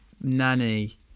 nanny